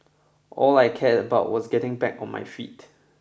all I cared about was getting back on my feet